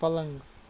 پلنٛگ